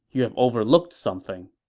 you have overlooked something.